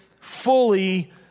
fully